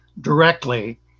directly